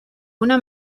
una